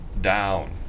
down